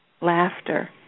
Laughter